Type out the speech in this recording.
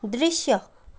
दृश्य